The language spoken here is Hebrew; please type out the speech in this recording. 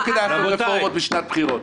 לא כדאי רפורמות בשנת בחירות.